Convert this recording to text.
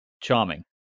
charming